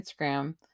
Instagram